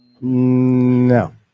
No